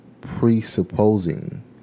presupposing